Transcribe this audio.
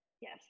Yes